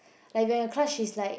like if your in her class she's like